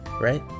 right